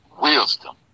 wisdom